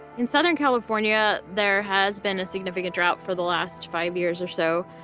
in southern california, there has been a significant drought for the last five years or so,